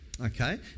Okay